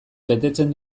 betetzen